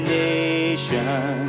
nation